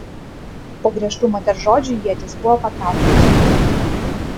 po griežtų moters žodžių ietys buvo patrauktos